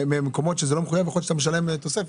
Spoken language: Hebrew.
כי ממקומות שאתה לא מחויב יכול להיות שאתה משלם תוספת.